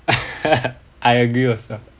I agree also